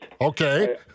Okay